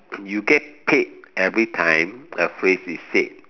you get paid everytime a phrase is said